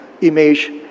image